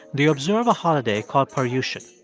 they observe a holiday called paryushan.